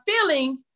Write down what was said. feeling